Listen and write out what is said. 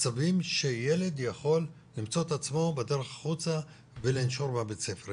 מצבים שילד יכול למצוא את עצמו בדרך החוצה ולנשור מבית הספר.